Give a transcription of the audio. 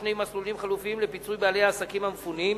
שני מסלולים חלופיים לפיצוי בעלי העסקים המפונים.